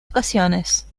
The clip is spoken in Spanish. ocasiones